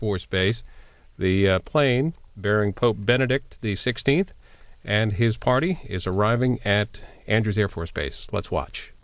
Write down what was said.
force base the plane bearing pope benedict the sixteenth and his party is arriving at andrews air force base let's watch